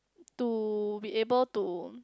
to be able to